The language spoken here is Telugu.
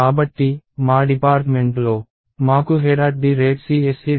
కాబట్టి మా డిపార్ట్మెంట్ లో మాకు headcse